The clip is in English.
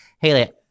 Haley